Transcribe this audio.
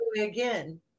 Again